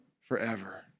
forever